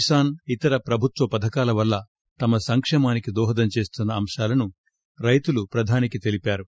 కిసాన్ ఇతర ప్రభుత్వ పథకాల వల్ల తమ సంకేమానికి దోహదం చేస్తున్న అంశాలను రైతులు ప్రధానికి తెలిపారు